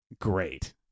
great